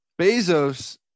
Bezos